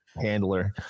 handler